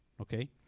okay